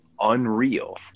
unreal